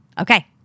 Okay